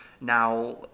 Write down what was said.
Now